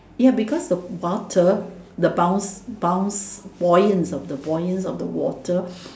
ya because the water the bounce bounce buoyance of the water